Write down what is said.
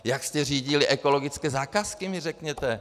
Jak jste řídili ekologické zakázky, mi řekněte.